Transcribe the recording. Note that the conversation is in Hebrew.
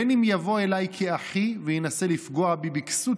בין שיבוא אליי כאחי וינסה לפגוע בי בכסות